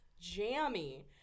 Jammy